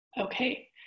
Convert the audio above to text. okay